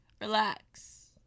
Relax